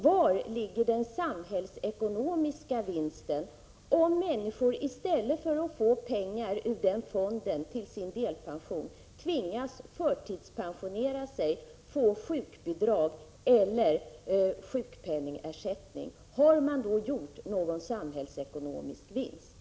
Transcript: Var ligger den samhällsekonomiska vinsten i att människor i stället för att få pengar ur den fonden till sin delpension tvingas förtidspensionera sig, få sjukbidrag eller få sjukpenningersättning? Har man då gjort någon samhällsekonomisk vinst?